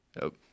Nope